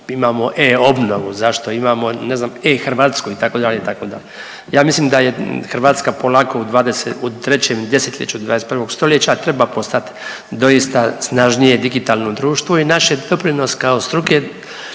imamo e-Obnovu, zašto imamo ne znam e-Hrvatsku itd., itd., ja mislim da je Hrvatska polako u trećem desetljeću 21. stoljeća treba postat doista snažnije digitalno društvo i naš je doprinos kao struke